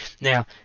Now